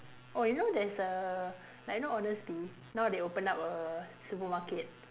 oh you there's a like you know honestbee now they open up a supermarket